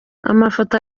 amafoto